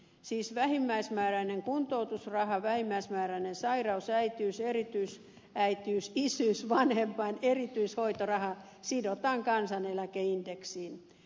siis vähimmäismääräinen kuntoutusraha vähimmäismääräinen sairaus äitiys erityisäitiys isyys vanhempain erityishoitoraha sidotaan kansaneläkeindeksiin